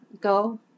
go